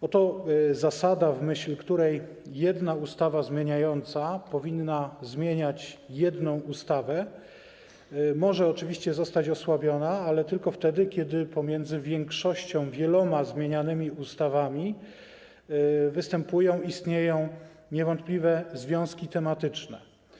Bo zasada, w myśl której jedna ustawa zmieniająca powinna zmieniać jedną ustawę, może oczywiście zostać osłabiona, ale tylko wtedy, kiedy pomiędzy większością, wieloma zmienianymi ustawami występują, istnieją niewątpliwe związki tematyczne.